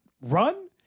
run